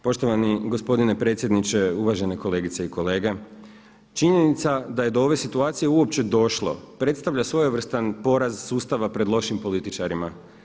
Poštovani gospodine predsjedniče, uvažene kolegice i kolege činjenica da je do ove situacije uopće došlo predstavlja svojevrstan poraz sustava pred lošim političarima.